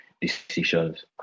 decisions